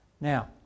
now